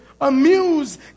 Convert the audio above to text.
amuse